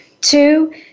Two